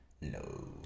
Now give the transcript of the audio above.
No